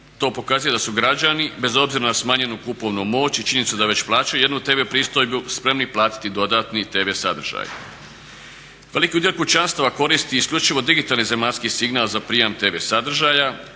To pokazuje da su građani bez obzira na smanjenu kupovnu moć i činjenicu da već plaćaju jednu TV pristojbu spremni platiti dodatni TV sadržaj. Veliki udio kućanstava koristi isključivo digitalni zemaljski signal za prijam TV sadržaja